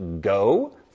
go